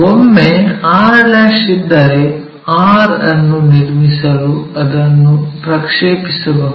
ಒಮ್ಮೆ r ಇದ್ದರೆ r ಅನ್ನು ನಿರ್ಮಿಸಲು ಅದನ್ನು ಪ್ರಕ್ಷೇಪಿಸಬಹುದು